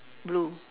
blue